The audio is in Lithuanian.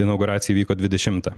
inauguracija įvyko dvidešimtą